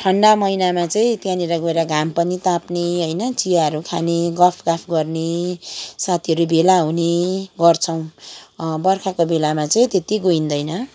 ठन्डा महिनामा चाहिँ त्यहाँनिर गएर घाम पनि ताप्ने होइन चियाहरू खाने गफगाफ गर्ने साथीहरू भेला हुने गर्छौँ बर्खाको बेलामा चाहिँ त्यति गइँदैन